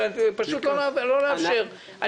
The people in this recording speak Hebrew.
פשוט לא לאפשר.